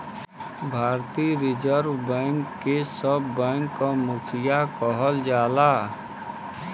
भारतीय reserve bank के सब बैंक क मुखिया कहल जाला